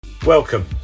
Welcome